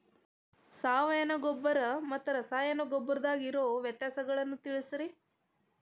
ಸಾವಯವ ಗೊಬ್ಬರ ಮತ್ತ ರಾಸಾಯನಿಕ ಗೊಬ್ಬರದಾಗ ಇರೋ ವ್ಯತ್ಯಾಸಗಳನ್ನ ತಿಳಸ್ರಿ